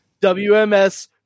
WMS